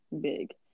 big